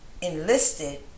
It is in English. enlisted